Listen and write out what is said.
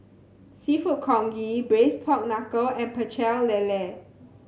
Seafood Congee Braised Pork Knuckle and Pecel Lele